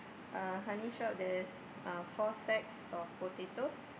uh honey shop there is uh four sacks of potatoes